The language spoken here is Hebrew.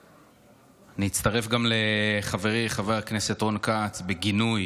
אני אצטרף גם לחברי חבר הכנסת רון כץ בגינוי